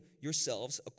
yourselves